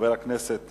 חבר הכנסת